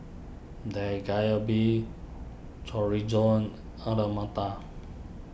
Dak Galbi Chorizo Alu Matar